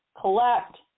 collect